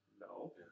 No